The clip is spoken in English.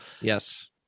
Yes